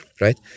right